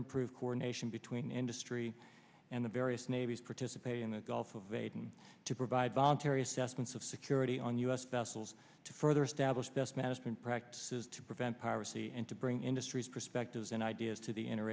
improve coordination between industry and the various navies participate in the gulf of aden to provide voluntary assessments of security on u s vessels to further establish best management practices to prevent piracy and to bring industries perspectives and ideas to the inner